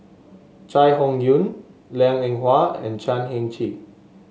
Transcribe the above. Chai Hon Yoong Liang Eng Hwa and Chan Heng Chee